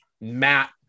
matt